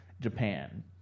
Japan